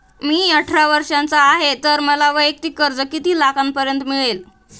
मी अठरा वर्षांचा आहे तर मला वैयक्तिक कर्ज किती लाखांपर्यंत मिळेल?